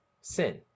Sin